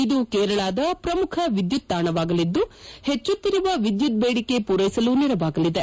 ಇದು ಕೇರಳದ ಪ್ರಮುಖ ವಿದ್ಯುತ್ ಶಾಣವಾಗಲಿದ್ದು ಹೆಚ್ಚುತ್ತಿರುವ ವಿದ್ಯುತ್ ಬೇಡಿಕೆ ಮೂರೈಸಲು ನೆರವಾಗಲಿದೆ